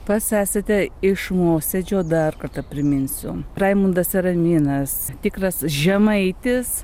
pats esate iš mosėdžio dar kartą priminsiu raimundas eraminas tikras žemaitis